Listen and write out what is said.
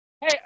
Hey